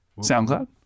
SoundCloud